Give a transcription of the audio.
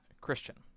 Christian